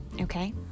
okay